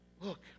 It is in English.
Look